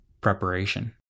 preparation